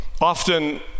often